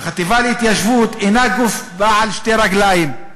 "החטיבה להתיישבות אינה גוף בעל שתי רגליים,